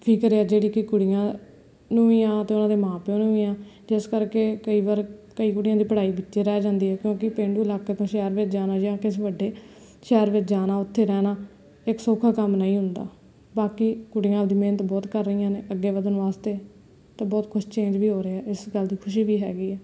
ਫਿਕਰ ਹੈ ਜਿਹੜੀ ਕਿ ਕੁੜੀਆਂ ਨੂੰ ਵੀ ਹੈ ਅਤੇ ਉਹਨਾਂ ਦੇ ਮਾਂ ਪਿਓ ਨੂੰ ਵੀ ਆ ਅਤੇ ਇਸ ਕਰਕੇ ਕਈ ਵਾਰ ਕਈ ਕੁੜੀਆਂ ਦੀ ਪੜ੍ਹਾਈ ਵਿੱਚੇ ਰਹਿ ਜਾਂਦੀ ਹੈ ਕਿਉਂਕਿ ਪੇਂਡੂ ਇਲਾਕੇ ਤੋਂ ਸ਼ਹਿਰ ਵਿੱਚ ਜਾਣਾ ਜਾਂ ਕਿਸੇ ਵੱਡੇ ਸ਼ਹਿਰ ਵਿੱਚ ਜਾਣਾ ਉੱਥੇ ਰਹਿਣਾ ਇੱਕ ਸੌਖਾ ਕੰਮ ਨਹੀਂ ਹੁੰਦਾ ਬਾਕੀ ਕੁੜੀਆਂ ਦੀ ਮਿਹਨਤ ਬਹੁਤ ਕਰ ਰਹੀਆਂ ਨੇ ਅੱਗੇ ਵਧਣ ਵਾਸਤੇ ਅਤੇ ਬਹੁਤ ਕੁਝ ਚੇਂਜ ਵੀ ਹੋ ਰਿਹਾ ਇਸ ਗੱਲ ਦੀ ਖੁਸ਼ੀ ਵੀ ਹੈਗੀ ਆ